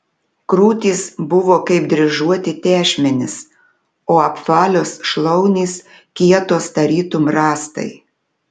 krūtys buvo kaip dryžuoti tešmenys o apvalios šlaunys kietos tarytum rąstai